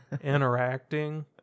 interacting